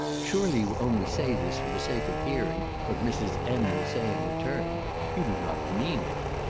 surely you only say this for the sake of hearing what mrs. m. will say in return you do not mean it?